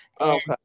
Okay